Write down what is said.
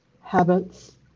habits